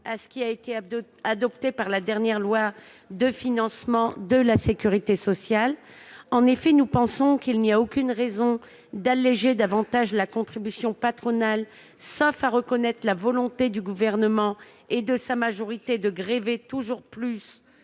à ce qui a été adopté dans la dernière loi de financement de la sécurité sociale. En effet, nous pensons qu'il n'y a aucune raison d'alléger davantage la contribution patronale, sauf à reconnaître la volonté du Gouvernement et de sa majorité de grever toujours plus